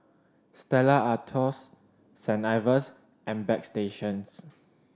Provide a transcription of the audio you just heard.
Stella Artois Saint Ives and Bagstationz